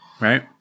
right